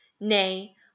Nay